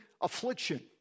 affliction